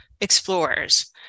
explorers